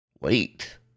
Wait